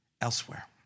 elsewhere